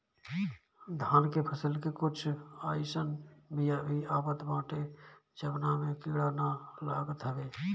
धान के फसल के कुछ अइसन बिया भी आवत बाटे जवना में कीड़ा ना लागत हवे